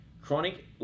chronic